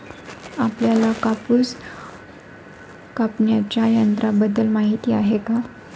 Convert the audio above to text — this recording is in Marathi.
आपल्याला कापूस कापण्याच्या यंत्राबद्दल माहीती आहे का?